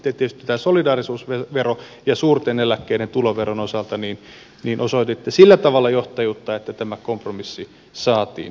sitten tietysti tämän solidaarisuusveron ja suurten eläkkeiden tuloveron osalta osoititte sillä tavalla johtajuutta että tämä kompromissi saatiin aikaan